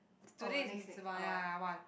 today is one